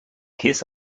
kiss